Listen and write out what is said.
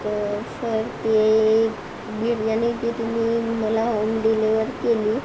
तर सर ती बिर्याणी जी तुम्ही मला होम डिलिव्हर केली ती खूप टेस्टी होती त्याचा टेस्ट खूप चांगला होता आणि परत मला ते बिर्याणी वेळेला मिळाली